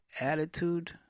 attitude